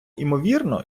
імовірно